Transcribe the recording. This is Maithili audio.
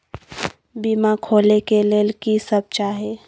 बीमा खोले के लेल की सब चाही?